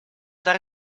dare